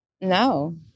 No